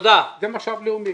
זה משאב לאומי.